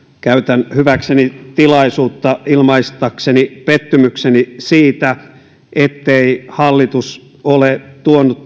käytän hyväkseni tilaisuutta ilmaistakseni pettymykseni siitä ettei hallitus ole tuonut